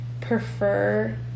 prefer